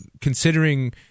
considering